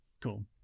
Cool